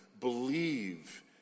believe